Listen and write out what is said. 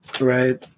Right